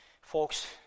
Folks